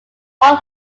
all